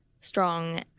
strong